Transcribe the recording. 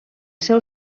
seu